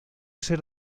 ser